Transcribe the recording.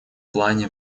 плане